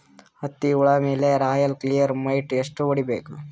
ಹತ್ತಿ ಹುಳ ಮೇಲೆ ರಾಯಲ್ ಕ್ಲಿಯರ್ ಮೈಟ್ ಎಷ್ಟ ಹೊಡಿಬೇಕು?